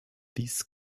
this